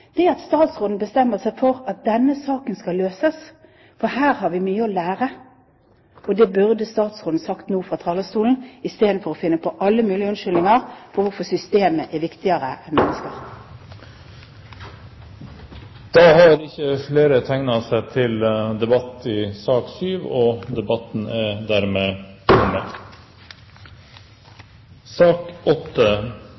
er at statsråden bestemmer seg for at denne saken skal løses, for her har vi mye å lære. Det burde statsråden sagt noe om fra talerstolen, istedenfor å finne på alle mulige unnskyldninger for hvorfor systemet er viktigere enn mennesker. Flere har ikke bedt om ordet til sak nr. 7. Stortinget har i